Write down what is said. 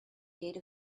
gate